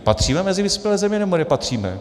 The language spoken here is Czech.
Patříme mezi vyspělé země, nebo nepatříme?